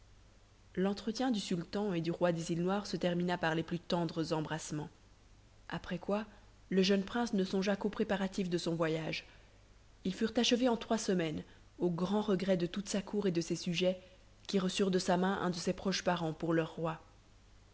l'entretien du sultan et du roi des îles noires se termina par les plus tendres embrassements après quoi le jeune prince ne songea qu'aux préparatifs de son voyage ils furent achevés en trois semaines au grand regret de toute sa cour et de ses sujets qui reçurent de sa main un de ses proches parents pour leur roi